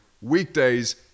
weekdays